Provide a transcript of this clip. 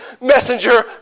messenger